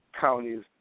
counties